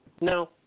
No